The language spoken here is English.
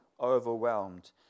overwhelmed